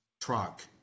truck